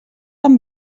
amb